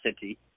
city